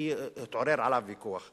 כי התעורר עליו ויכוח.